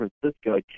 Francisco